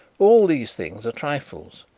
all these things are trifles.